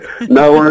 No